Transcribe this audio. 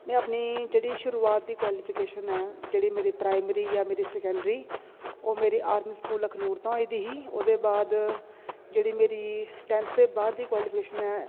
में अपनी जेह्ड़ी शुरुआत दी क्वालिफिकेशन ऐ जेह्ड़ी मेरी प्राइमरी ऐ सेकेंडरी ओह् मेरी आर्मी स्कूल अखनूर दा होई दी ही ओह्दे बाद जेह्ड़ी मेरी टेंथ दे बाद दी क्वालिफिकेशन ऐ